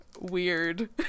weird